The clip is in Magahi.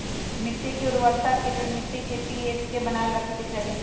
मिट्टी के उर्वरता के लेल मिट्टी के पी.एच के बनाएल रखे के चाहि